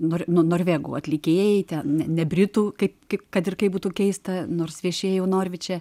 nors norvegų atlikėjai ten ne britų kaip kaip kad ir kaip būtų keista nors viešėjau norviče